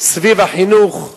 סביב החינוך.